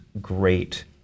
great